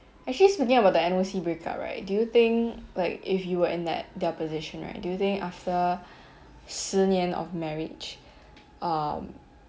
actually speaking about the N_O_C break up right do you think like if you were in that their position right do you think after 十年 of marriage um